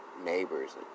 neighbors